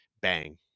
bang